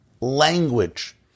language